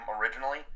originally